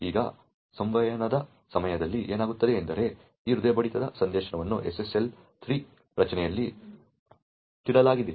ಈಗ ಸಂವಹನದ ಸಮಯದಲ್ಲಿ ಏನಾಗುತ್ತದೆ ಎಂದರೆ ಈ ಹೃದಯ ಬಡಿತ ಸಂದೇಶವನ್ನು SSL 3 ರಚನೆಯಲ್ಲಿ ಸುತ್ತಿಡಲಾಗಿದೆ